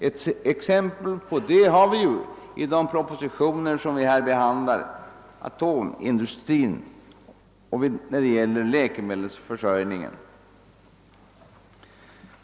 Ett exempel härpå har vi i de propositioner som vi nu behandlar när det gäller atomindustrin och läkemedelsförsörjningen.